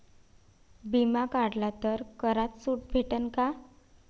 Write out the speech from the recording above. बिमा काढला तर करात सूट भेटन काय?